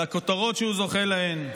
על הכותרות שהוא זוכה להן.